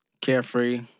Carefree